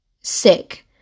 sick